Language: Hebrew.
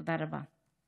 תודה רבה.